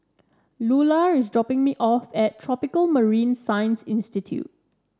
Lular is dropping me off at Tropical Marine Science Institute